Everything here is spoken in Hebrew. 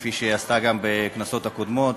כפי שהיא עשתה גם בכנסות הקודמות.